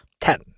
Ten